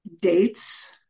dates